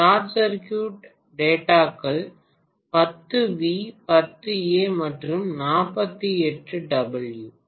short circuit டேட்டாக்கள் 10 V 10 A மற்றும் 48 W